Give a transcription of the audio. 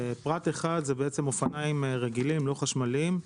פרט 1 זה אופניים רגילים, לא חשמליים,